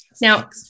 Now